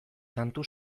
kantu